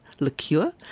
liqueur